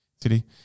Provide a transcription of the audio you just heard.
city